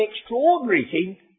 extraordinary